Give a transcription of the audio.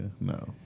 no